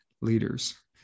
leaders